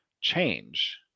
change